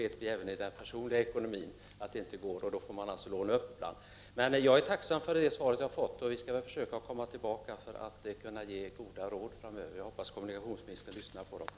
Det gäller även för den personliga ekonomin, och då får man ibland låna. Jag är tacksam för det svar jag har fått. Vi skall försöka komma tillbaka för att ge goda råd framöver. Jag hoppas att kommunikationsministern lyssnar på dem.